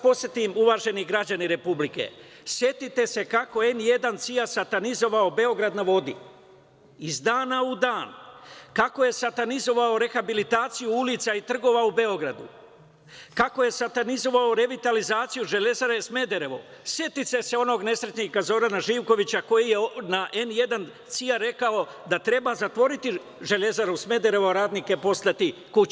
Podsetiću vas, uvaženi građani Republike Srbije, setite se kako Televizija "N1" CIA satanizovala "Beograd na vodi" iz dana u dan, kako je satanizovala rehabilitaciju ulica i trgova u Beogradu, kako je satanizovala revitalizaciju "Železare Smederevo", setite se onog nesretnika Zorana Živkovića koji je na Televiziji "N1" CIA rekao da treba zatvoriti "Železaru Smederevo", a radnike poslati kući.